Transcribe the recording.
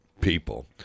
people